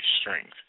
strength